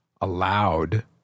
allowed